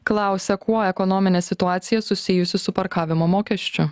klausia kuo ekonominė situacija susijusi su parkavimo mokesčiu